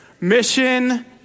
mission